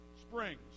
springs